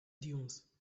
dunes